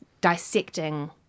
dissecting